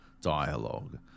dialogue